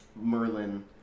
Merlin